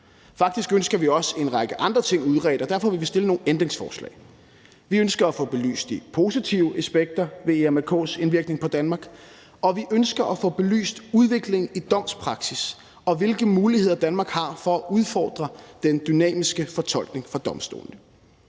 Faktisk ønsker vi også en række andre ting udredt, og derfor vil vi stille nogle ændringsforslag. Vi ønsker at få belyst de positive aspekter ved EMRK's indvirkning på Danmark, og vi ønsker at få belyst udviklingen i domspraksis, og hvilke muligheder Danmark har for at udfordre den dynamiske fortolkning ved domstolen.